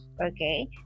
okay